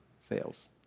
fails